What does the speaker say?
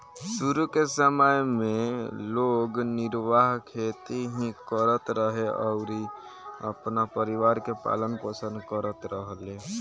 शुरू के समय में लोग निर्वाह खेती ही करत रहे अउरी अपना परिवार के पालन पोषण करत रहले